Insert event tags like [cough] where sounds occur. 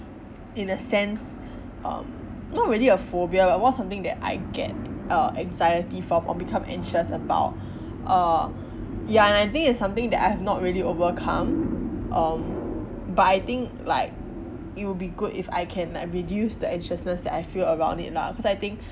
in a sense um not really a phobia lah more something that I get uh anxiety from or become anxious about [breath] uh ya and I think it's something that I have not really overcome um but I think like it would be good if I can like reduce the anxiousness that I feel around it lah cause I think